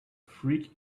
freak